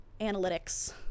analytics